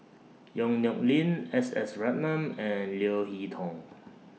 Yong Nyuk Lin S S Ratnam and Leo Hee Tong